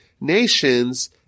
nations